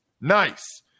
Nice